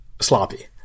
sloppy